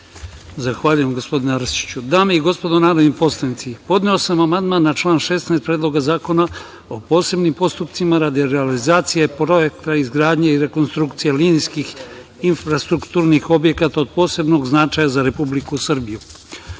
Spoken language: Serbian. Zahvaljujem. Dame i gospodo narodni poslanici, podneo sam amandman na član 16. Predloga zakona o posebnim postupcima radi realizacije projekta izgradnje i rekonstrukcije linijskih, infrastrukturnih objekata od posebnog značaja za Republiku Srbiju. Ovaj